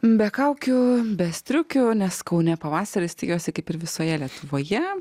be kaukių be striukių nes kaune pavasaris tikiuosi kaip ir visoje lietuvoje